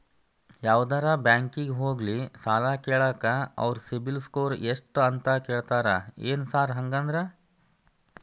ಯಾವದರಾ ಬ್ಯಾಂಕಿಗೆ ಹೋಗ್ಲಿ ಸಾಲ ಕೇಳಾಕ ಅವ್ರ್ ಸಿಬಿಲ್ ಸ್ಕೋರ್ ಎಷ್ಟ ಅಂತಾ ಕೇಳ್ತಾರ ಏನ್ ಸಾರ್ ಹಂಗಂದ್ರ?